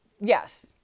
Yes